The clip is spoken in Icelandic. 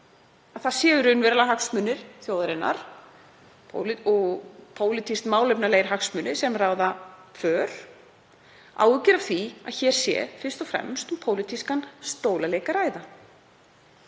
það séu raunverulegir hagsmunir þjóðarinnar, og pólitískt málefnalegir hagsmunir sem ráða för; áhyggjur af því að hér sé fyrst og fremst um pólitískan stólaleik að ræða,